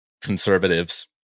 conservatives